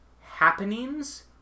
happenings